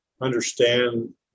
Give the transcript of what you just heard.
understand